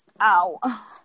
Ow